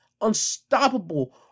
unstoppable